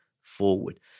forward